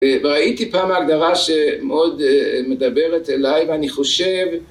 וראיתי פעם הגדרה שמאוד מדברת אליי ואני חושב